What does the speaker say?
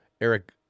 Eric